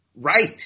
right